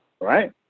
right